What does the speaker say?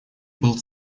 был